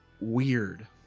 weird